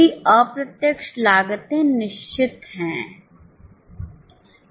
सभी अप्रत्यक्ष लागते निश्चित है हैं